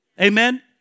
Amen